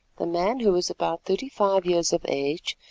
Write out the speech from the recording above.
the man, who was about thirty-five years of age,